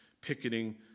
picketing